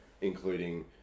including